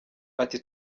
ati